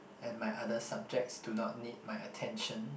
and my other subjects do not need my attention